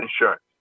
insurance